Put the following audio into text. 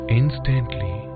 instantly